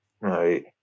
right